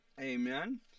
Amen